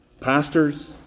Pastors